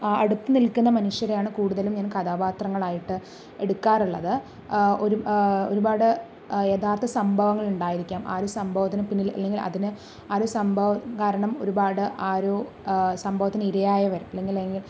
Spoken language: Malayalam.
അടുത്ത് നില്ക്കുന്ന മനുഷ്യരെയാണ് കൂടുതലായിട്ടും ഞാന് കഥാപാത്രങ്ങള് ആയിട്ട് എടുക്കാറുള്ളത് ഒരു ഒരുപാട് യഥാര്ത്ഥ സംഭവങ്ങള് ഉണ്ടായിരിക്കാം ആ ഒരു സംഭവത്തിനു പിന്നില് അല്ലെങ്കിൽ അതിനെ ആ ഒരു സംഭവം കാരണം ഒരുപാട് ആരോ സംഭവത്തിനു ഇരയായവര് അല്ലെങ്കില്